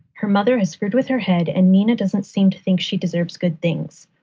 her mother is screwed with her head, and nina doesn't seem to think she deserves good things.